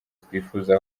twifuza